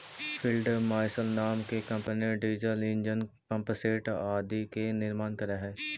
field marshal नाम के company diesel engine, pumpset आदि के निर्माण करऽ हई